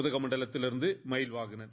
உதகமண்டலத்திலிருந்து Mayilvahanan